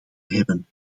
hebben